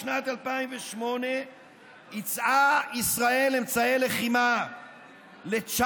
בשנת 2008 ייצאה ישראל אמצעי לחימה לצ'אד,